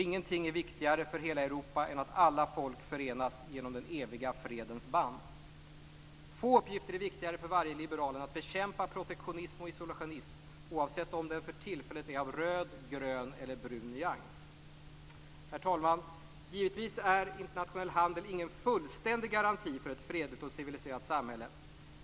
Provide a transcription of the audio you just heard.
Inget är viktigare för hela Europa än att alla folk förenas genom den eviga fredens band. Få uppgifter är viktigare för varje liberal än att bekämpa protektionism och isolationism, oavsett om den för tillfället är av röd, grön eller brun nyans. Herr talman! Givetvis är internationell handel ingen fullständig garanti för ett fredligt och civiliserat samhälle.